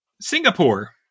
Singapore